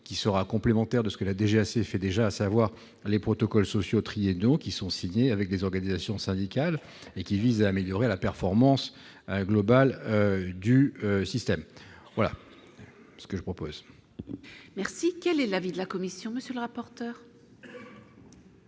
qui sera complémentaire de ce que la DGAC fait déjà, à savoir les protocoles sociaux trier, donc ils sont signés avec les organisations syndicales et qui vise à améliorer la performance globale du système, voilà ce que je propose. Merci, quel est l'avis de la Commission, monsieur le rapporteur.